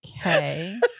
Okay